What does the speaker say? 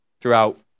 throughout